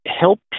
help